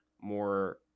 more